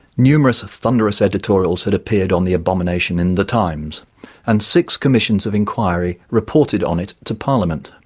numerous thunderous editorials had appeared on the abomination in the times and six commissions of inquiry reported on it to parliament.